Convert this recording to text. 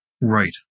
right